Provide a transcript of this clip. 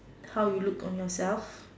how you look on yourself